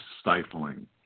stifling